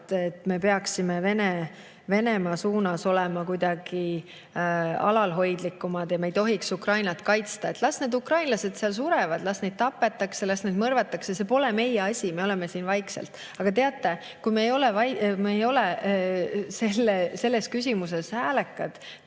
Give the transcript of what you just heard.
et me peaksime Venemaa suunas olema kuidagi alalhoidlikumad ja me ei tohiks Ukrainat kaitsta. Las need ukrainlased seal surevad, las neid tapetakse, las neid mõrvatakse – see pole meie asi, me oleme siin vaikselt. Aga teate, kui me ei ole selles küsimuses häälekad,